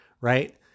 right